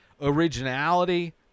originality